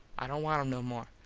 i dont want em no more.